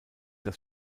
das